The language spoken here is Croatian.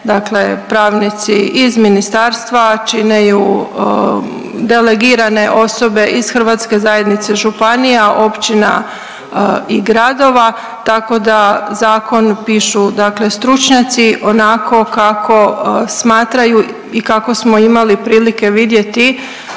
dakle pravnici iz ministarstva, čine ju delegirane osobe iz Hrvatske zajednice županija, općina i gradova, tako da zakon pišu, dakle stručnjaci onako kako smatraju i kako smo imali prilike vidjeti